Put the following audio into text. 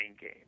game